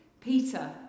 Peter